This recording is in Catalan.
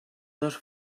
dos